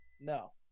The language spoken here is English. no